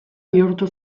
bihurtu